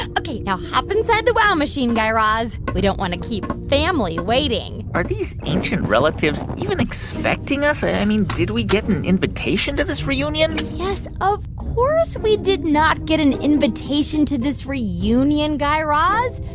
ok, now hop inside the wow machine, guy raz. we don't want to keep family waiting are these ancient relatives relatives even expecting us? i mean, did we get an invitation to this reunion? yes, of course we did not get an invitation to this reunion, guy raz.